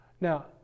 now